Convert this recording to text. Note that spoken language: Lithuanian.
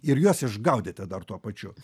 ir juos išgaudyti dar tuo pačiu